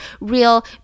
real